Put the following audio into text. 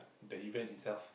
the event itself